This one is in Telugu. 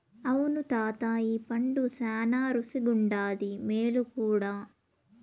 అవును తాతా ఈ పండు శానా రుసిగుండాది, మేలు కూడా